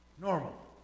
Normal